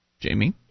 Jamie